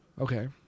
Okay